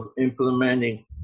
implementing